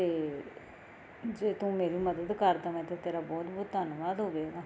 ਅਤੇ ਜੇ ਤੂੰ ਮੇਰੀ ਮਦਦ ਕਰ ਦਵੇਂ ਤਾਂ ਤੇਰਾ ਬਹੁਤ ਬਹੁਤ ਧੰਨਵਾਦ ਹੋਵੇਗਾ